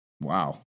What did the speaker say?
Wow